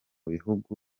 bihugu